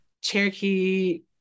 Cherokee